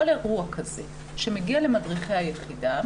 כל אירוע כזה שמגיע למדריכי היחידה,